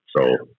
So-